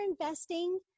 investing